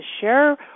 share